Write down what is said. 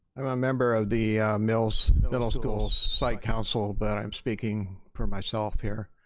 i'm a member of the mills middle school's site council but i'm speaking for myself here.